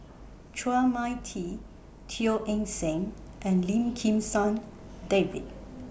Chua Mia Tee Teo Eng Seng and Lim Kim San David